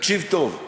תקשיב טוב: